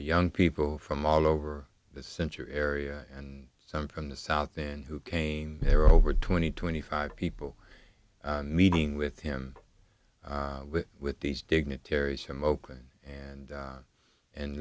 young people from all over the center area and some from the south then who came here over twenty twenty five people meeting with him with these dignitaries from oakland and